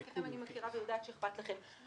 חלקכם אני מכירה ויודעת שאכפת לכם,